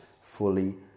fully